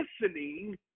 listening